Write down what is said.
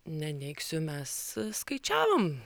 neneigsiu mes skaičiavom